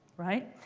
right?